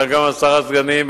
אלא גם עשרה סגנים,